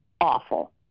awful